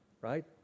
right